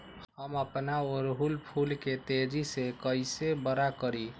हम अपना ओरहूल फूल के तेजी से कई से बड़ा करी?